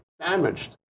damaged